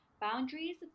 boundaries